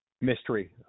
mystery